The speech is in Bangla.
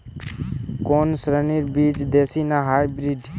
কোন শ্রেণীর বীজ দেশী না হাইব্রিড?